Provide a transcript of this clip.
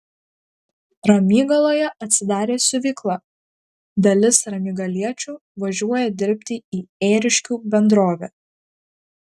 ramygaloje atsidarė siuvykla dalis ramygaliečių važiuoja dirbti į ėriškių bendrovę